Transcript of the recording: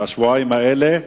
שבועיים אלה.